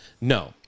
No